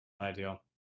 Ideal